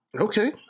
okay